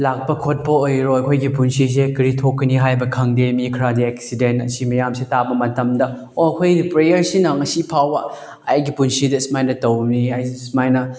ꯂꯥꯛꯄ ꯈꯣꯠꯄ ꯑꯣꯏꯔꯣ ꯑꯩꯈꯣꯏꯒꯤ ꯄꯨꯟꯁꯤꯁꯦ ꯀꯔꯤ ꯊꯣꯛꯀꯅꯤ ꯍꯥꯏꯕ ꯈꯪꯗꯦ ꯃꯤ ꯈꯔꯗꯤ ꯑꯦꯛꯁꯤꯗꯦꯟ ꯑꯁꯤ ꯃꯌꯥꯝꯁꯤ ꯇꯥꯕ ꯃꯇꯝꯗ ꯑꯣ ꯑꯩꯈꯣꯏꯒꯤꯗꯤ ꯄ꯭ꯔꯦꯌꯔꯁꯤꯅ ꯉꯁꯤꯐꯥꯎꯕ ꯑꯩꯒꯤ ꯄꯨꯟꯁꯤꯗ ꯑꯁꯨꯃꯥꯏꯅ ꯇꯧꯕꯅꯤ ꯑꯩꯁꯦ ꯁꯨꯃꯥꯏꯅ